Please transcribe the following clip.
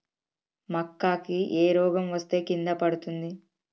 మక్కా కి ఏ రోగం వస్తే కింద పడుతుంది?